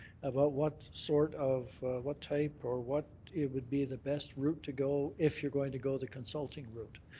about what sort of what type or what it would be the best route to go if you're going to go the consulting route.